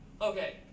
Okay